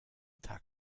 tag